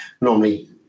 normally